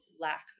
lack